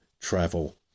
travel